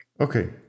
Okay